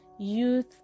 youth